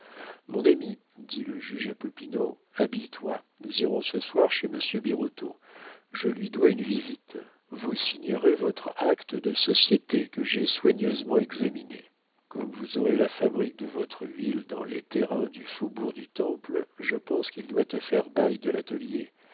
mon ami dit le juge à popinot habille-toi nous irons ce soir chez monsieur birotteau je lui dois une visite vous signerez votre acte de société que j'ai soigneusement examiné comme vous aurez la fabrique de votre huile dans les terrains du faubourg du temple je pense qu'il doit te faire bail de l'atelier